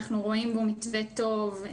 אנחנו רואים בו מתווה טוב,